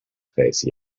face